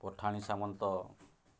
Pathani Samanta